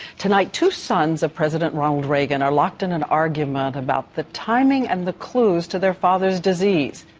tonight two sons of president ronald reagan are locked in an argument about the timing and the clues to their father's disease.